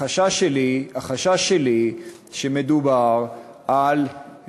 החשש שלי שמדובר על,